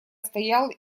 стоял